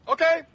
Okay